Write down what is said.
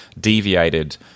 deviated